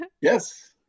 Yes